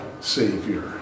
Savior